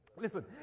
Listen